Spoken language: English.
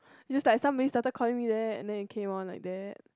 just like somebody started calling me that and then it came on like that